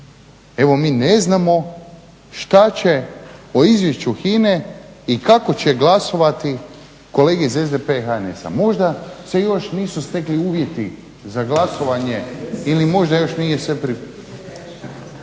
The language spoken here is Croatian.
Evo, mi ne znamo što će o izvješću HINA-e i kako će glasovati kolege iz SDP-a i HNS-a, možda se još nisu stekli uvjeti za glasovanje ili možda još nije sve… **Stazić,